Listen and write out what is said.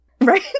Right